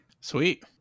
Sweet